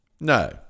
no